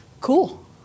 Cool